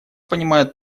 понимают